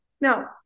Now